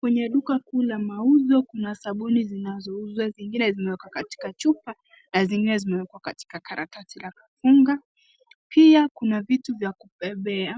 Kwenye dukaa kuu la mauzo kuna sabuni zinazouzwa zingine zimewekwa katika chupa na zingine zimewekwa katika karatasi ya kufunga. Pia kuna vitu vya kubebea